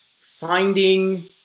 finding